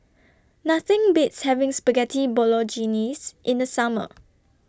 Nothing Beats having Spaghetti Bolognese in The Summer